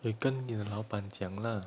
你跟你的老板讲 lah